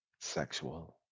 Sexual